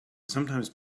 sometimes